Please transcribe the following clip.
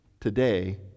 today